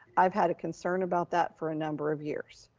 i've had a concern about that for a number of years.